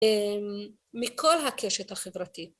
מכל הקשת החברתית.